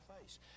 face